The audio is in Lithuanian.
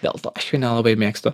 dėl to aš jų nelabai mėgstu